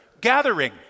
gathering